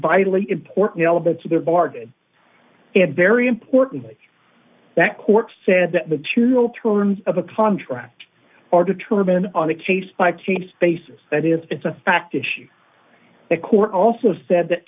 vitally important elements of their bargain and very importantly that court said that material terms of a contract are determined on a case by case basis that is it's a fact issue the court also said that